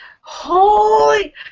Holy